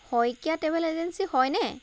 Saikia travel agency হয়নে